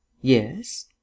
Yes